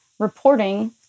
reporting